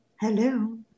Hello